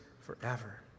forever